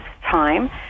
time